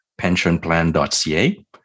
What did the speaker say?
pensionplan.ca